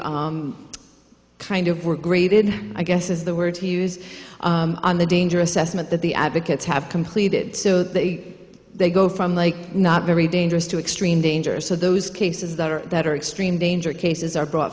they kind of were graded i guess is the word to use on the danger assessment that the advocates have completed so that they go from like not very dangerous to extreme danger so those cases that are that are extreme danger cases are brought